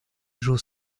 joe